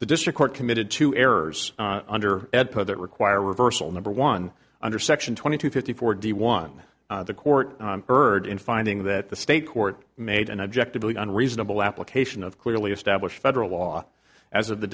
the district court committed two errors under that require reversal number one under section twenty two fifty four d one the court heard in finding that the state court made an objectively unreasonable application of clearly established federal law as of the